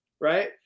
right